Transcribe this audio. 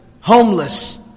homeless